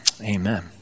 Amen